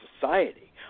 Society